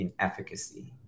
inefficacy